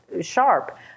sharp